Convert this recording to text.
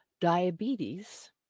Diabetes